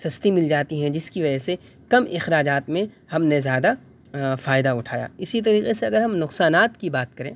سستی مل جاتی ہیں جس کی وجہ سے کم اخراجات میں ہم نے زیادہ فائدہ اٹھایا اسی طریقے سے اگر ہم نقصانات کی بات کریں